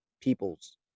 Peoples